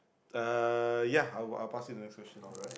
uh ya I'll I'll pass you the next question